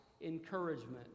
encouragement